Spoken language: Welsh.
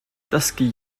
ddysgu